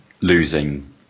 losing